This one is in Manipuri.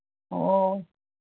ꯑꯣ